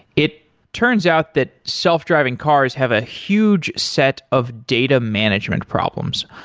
it turns out that self-driving cars have a huge set of data management problems.